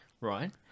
right